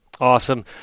Awesome